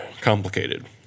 complicated